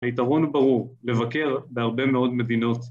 היתרון הוא ברור, לבקר בהרבה מאוד מדינות.